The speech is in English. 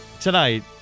tonight